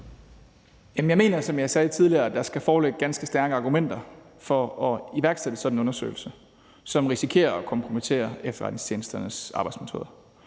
tidligere, at der skal foreligge ganske stærke argumenter for at iværksætte sådan en undersøgelse, som risikerer at kompromittere efterretningstjenesternes arbejdsmetoder.